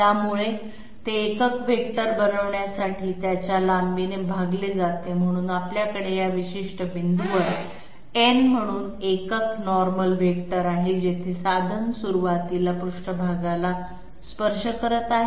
त्यामुळे ते एकक व्हेक्टर बनवण्यासाठी त्याच्या लांबीने भागले जाते म्हणून आपल्याकडे या विशिष्ट बिंदूवर n म्हणून एकक नॉर्मल व्हेक्टर आहे जेथे साधन सुरवातीला पृष्ठभागाला स्पर्श करत आहे